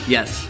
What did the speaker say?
Yes